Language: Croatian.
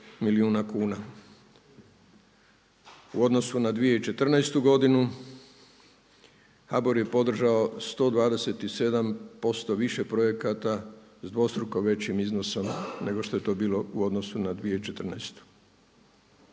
u odnosu na 2014. godinu HBOR je podržao 127% više projekata s dvostruko većim iznosom nego što je to bilo u odnosu na 2014. To